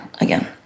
again